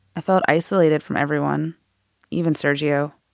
i felt isolated from everyone even sergiusz